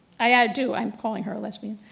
i do, i'm calling her a lesbian.